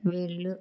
వెళ్ళు